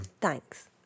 Thanks